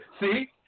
See